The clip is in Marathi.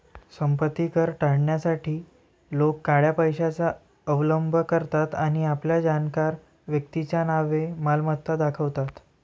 संपत्ती कर टाळण्यासाठी लोक काळ्या पैशाचा अवलंब करतात आणि आपल्या जाणकार व्यक्तीच्या नावे मालमत्ता दाखवतात